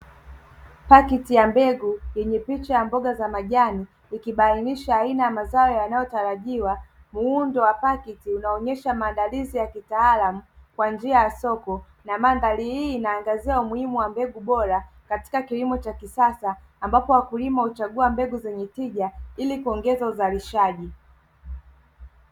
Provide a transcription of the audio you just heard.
Pakiti ya mbegu yenye picha ya mboga za majani ikibainisha aina ya mazao yanayotarajiwa. Muundo wa pakiti unaonyesha maandalizi ya kitaalam kwa njia ya soko, na mandhari hii inaangazia umuhimu wa mbegu bora katika kilimo cha kisasa, ambapo wakulima huchagua mbegu zenye tija ili kuongeza uzalishaji.